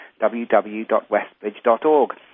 www.westbridge.org